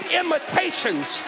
imitations